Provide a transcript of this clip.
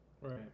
Right